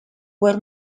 were